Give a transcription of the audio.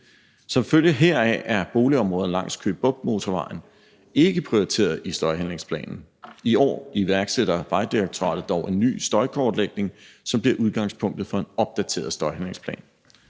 Som følge heraf er boligområder langs Køge Bugt Motorvejen ikke prioriteret i støjhandlingsplanen. I år iværksætter Vejdirektoratet dog en ny støjkortlægning, som bliver udgangspunktet for en opdateret støjhandlingsplan.